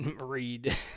read